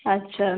আচ্ছা